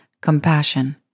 compassion